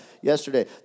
yesterday